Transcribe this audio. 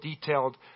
detailed